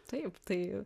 taip tai